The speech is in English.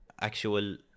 actual